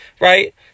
right